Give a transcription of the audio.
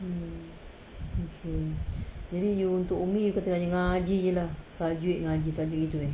hmm okay jadi you untuk umi you kata ngaji jer lah tajwid ngaji gitu eh